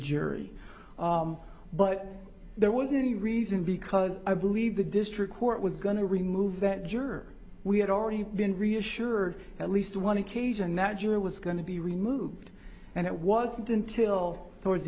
jury but there was a reason because i believe the district court was going to remove that juror we had already been reassured at least one occasion that juror was going to be removed and it wasn't until towards